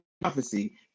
prophecy